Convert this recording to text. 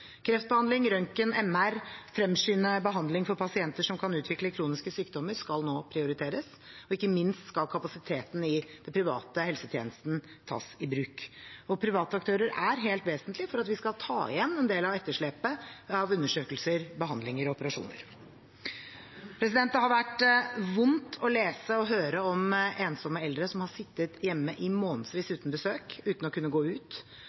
Kreftbehandling, røntgen og MR samt å fremskynde behandling for pasienter som kan utvikle kroniske sykdommer, skal nå prioriteres, og ikke minst skal kapasiteten i den private helsetjenesten tas i bruk. Private aktører er helt vesentlig for at vi skal ta igjen en del av etterslepet av undersøkelser, behandlinger og operasjoner. Det har vært vondt å lese og høre om ensomme eldre som har sittet hjemme i månedsvis uten besøk og uten å kunne gå ut,